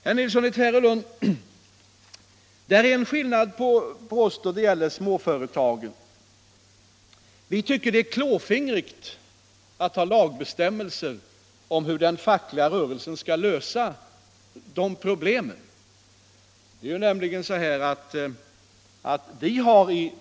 Herr Nilsson i Tvärålund och jag skiljer oss åt när det gäller småföretagen. Jag tycker att det är klåfingrigt att införa lagbestämmelser om hur den fackliga rörelsen skall lösa de problem det här gäller.